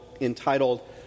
entitled